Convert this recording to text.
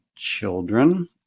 children